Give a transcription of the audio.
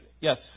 yes